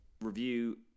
review